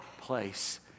place